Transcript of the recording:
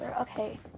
Okay